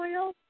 oil